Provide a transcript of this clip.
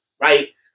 right